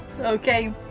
Okay